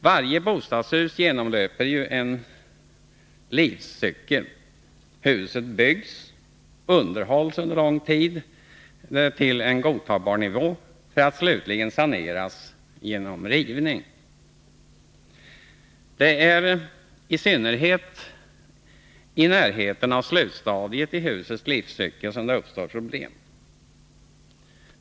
Varje bostadshus genomlöper en livscykel. Huset byggs, underhålls under lång tid till en godtagbar nivå för att slutligen saneras genom rivning. Det är i synnerhet i närheten av slutstadiet i husets livscykel som det uppstår problem.